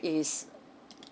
is